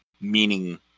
meaning